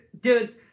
Dude